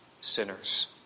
sinners